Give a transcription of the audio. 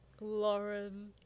Lauren